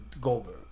Goldberg